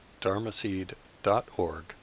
dharmaseed.org